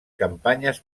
campanyes